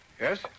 Yes